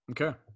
Okay